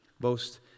boast